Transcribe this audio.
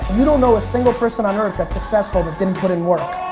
you don't know a single person on earth that's successful that didn't put in work.